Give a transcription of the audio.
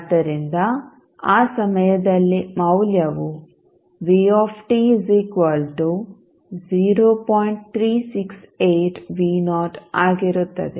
ಆದ್ದರಿಂದ ಆ ಸಮಯದಲ್ಲಿ ಮೌಲ್ಯವು ಆಗಿರುತ್ತದೆ